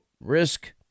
risk